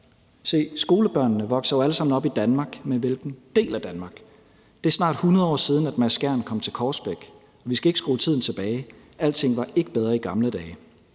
Se, skolebørnene vokser jo alle sammen op i Danmark, men hvilken del af Danmark? Det er snart 100 år siden, at Mads Skjern kom til Korsbæk. Vi skal ikke skrue tiden tilbage; alting var ikke bedre i gamle dage.